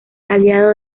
aliado